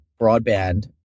broadband